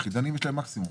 ליחידנים יש מקסימום.